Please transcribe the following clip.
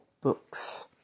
books